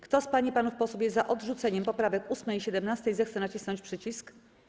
Kto z pań i panów posłów jest za odrzuceniem poprawek 8. i 17., zechce nacisnąć przycisk.